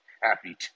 happy